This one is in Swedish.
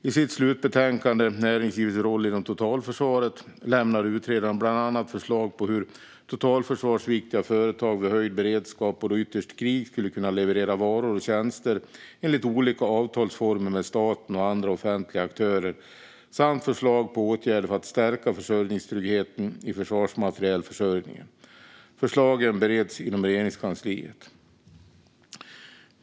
I sitt slutbetänkande Näringslivets roll inom totalförsvaret , SOU 2019:51, lämnade utredaren bland annat förslag på hur totalförsvarsviktiga företag vid höjd beredskap, och då ytterst i krig, ska kunna leverera varor och tjänster enligt olika avtalsformer med staten och andra offentliga aktörer samt förslag på åtgärder för att stärka försörjningstryggheten i försvarsmaterielförsörjningen. Förslagen bereds inom Regeringskansliet.